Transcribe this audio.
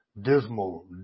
dismal